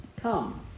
come